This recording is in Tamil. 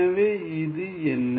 எனவே இது என்ன